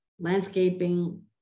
landscaping